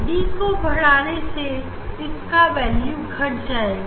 D को बढ़ाने से इसका वैल्यू घट जाएगा